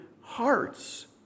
hearts